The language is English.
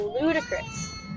ludicrous